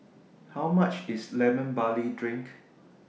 How much IS Lemon Barley Drink